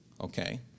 Okay